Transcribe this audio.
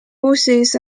bosses